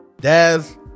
Daz